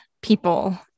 people